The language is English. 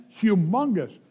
humongous